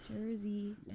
Jersey